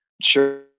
Sure